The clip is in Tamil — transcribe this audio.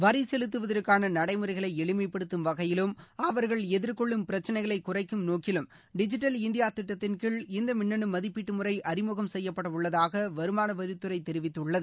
வரி செலுத்துவதற்கான நடைமுறைகளை எளிமைப்படுத்தும் வகையிலும் அவர்கள் எதிர்கொள்ளும் பிரச்சினைகளை குறைக்கும் நோக்கிலும் டிஜிட்டல் இந்தியா திட்டத்தின்கீழ் இந்த மின்னனு மதிப்பீட்டு முறை அறிமுகம் செய்யப்பட உள்ளதாக வருமானவரித்துறை தெரிவித்துள்ளது